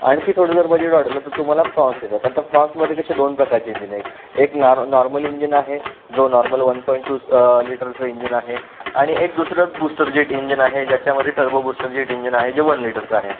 आणखी थोडं जर बजेट वाढवलं तर तुम्हाला फ्रॉन्स येतात तर फ्रॉन्समध्ये कसे दोन प्रकारचे इंजिन आहेत एक नॉर्म नॉर्मल इंजन आहे जो नॉर्मल वन पॉईंट टू लिटरचं इंजन आहे आणि एक दुसरं बूस्टर झिट इंजन आहे ज्याच्यामध्ये टर्बो बूस्टर झिट इंजन आहे जे वन लिटरचं आहे